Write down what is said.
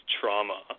trauma